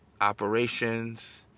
operations